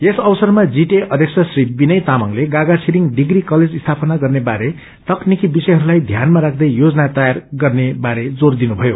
यस अवसरमा जीटीए अध्यक्ष श्री विनय तामाङले गागा छिरिंग डिप्री कलेज स्थापना गर्ने बारे तक्रनिकी विषयहरूलाई ध्यानमा राख्दै योजना तैयार गर्ने बारे जोर दिनुभयो